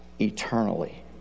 eternally